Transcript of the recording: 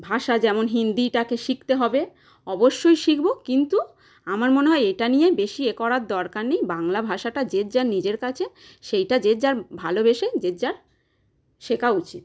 ভাষা যেমন হিন্দিটাকে শিখতে হবে অবশ্যই শিখবো কিন্তু আমার মনে হয় এটা নিয়ে বেশি এ করার দরকার নেই বাংলা ভাষাটা যে যার নিজের কাচে সেইটা যে যার ভালোবেসে যে যার শেখা উচিত